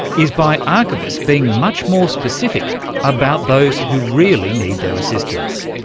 is by archivists being much more specific about those who really need their assistance.